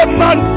man